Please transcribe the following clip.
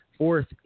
Fourth